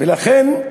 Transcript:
ולכן,